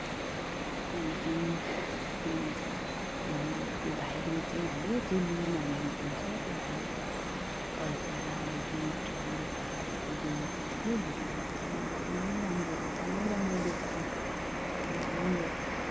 त्यहाँदेखि दिइन्छ त्यहाँदेखि त्यो भाइले चाहिँ अब चेली मानेको हुन्छ त्यो भाइले चाहिँ अब पैसा अब गिफ्टहरू उपहारहरू दिने गर्छ के दिदीहरूलाई त्यो पनि एकदमै राम्रो एकदमै रमाइलो परम्परा एकदमै राम्रो